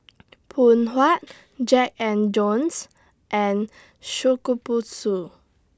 Phoon Huat Jack and Jones and Shokubutsu